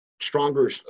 stronger